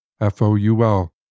F-O-U-L